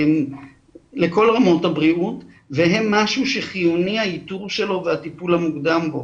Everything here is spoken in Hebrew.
לכל רמות הבריאות והם משהו שחיוני האיתור שלו והטיפול המוקדם בו.